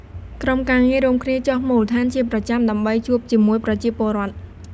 ក្រុមការងាររួមគ្នាចុះមូលដ្ឋានជាប្រចាំ ដើម្បីជួបជាមួយប្រជាពលរដ្ឋ។